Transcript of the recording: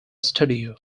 studio